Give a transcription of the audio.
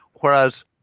whereas